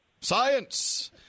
Science